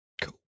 Cool